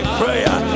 prayer